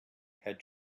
had